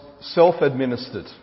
Self-administered